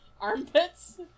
armpits